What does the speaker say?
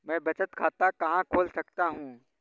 मैं बचत खाता कहाँ खोल सकता हूँ?